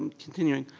continuing,